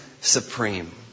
supreme